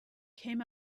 came